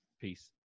Peace